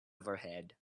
overhead